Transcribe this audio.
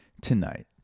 tonight